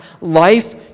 life